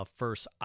first